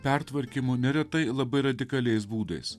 pertvarkymu neretai labai radikaliais būdais